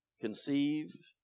conceive